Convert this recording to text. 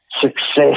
success